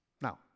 Now